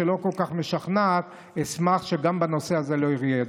שלא כל כך משכנעת, אשמח שהנושא הזה לא יהיה.